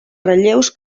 relleus